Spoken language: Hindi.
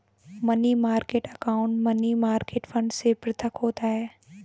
money market account money market fund से पृथक होता है